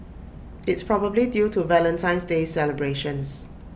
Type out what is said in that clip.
it's probably due to Valentine's day celebrations